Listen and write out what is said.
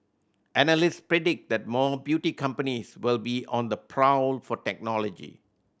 analyst predict that more beauty companies will be on the prowl for technology